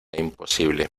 imposible